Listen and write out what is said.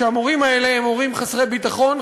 כשהמורים האלה הם מורים חסרי ביטחון,